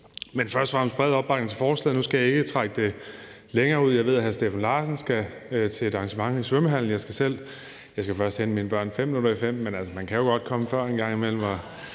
fremmest er der bred opbakning til forslaget. Nu skal jeg ikke trække det længere ud. Jeg ved, at hr. Steffen Larsen skal til et arrangement i svømmehallen. Jeg skal selv først hente mine børn kl. 16.55, men altså, man kan jo godt komme før en gang imellem,